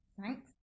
Thanks